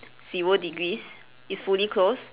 zero degrees is fully closed